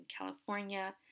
California